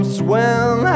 swim